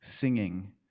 singing